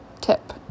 tip